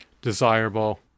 desirable